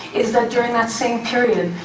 is that during that same period,